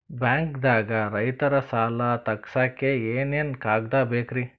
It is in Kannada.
ಬ್ಯಾಂಕ್ದಾಗ ರೈತರ ಸಾಲ ತಗ್ಸಕ್ಕೆ ಏನೇನ್ ಕಾಗ್ದ ಬೇಕ್ರಿ?